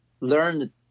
learn